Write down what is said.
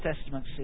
Testament